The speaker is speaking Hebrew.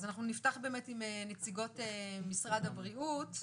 אז אנחנו נפתח באמת עם נציגות משרד הבריאות.